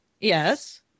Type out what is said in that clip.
Yes